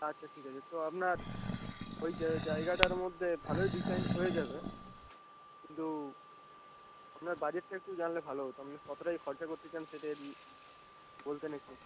আচ্ছা ঠিক আছে তো আপনার ওই জায় জায়গাটার মধ্যে ভালোই ডিজাইন হয়ে যাবে কিন্তু আপনার বাজেটটা একটু জানলে ভালো হতো আপনি কতটা কী খরচা করতে চান সেটা যদি বলতেন একটু